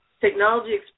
Technology